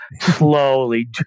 slowly